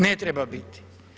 Ne treba biti.